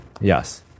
Yes